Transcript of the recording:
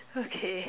okay